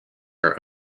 are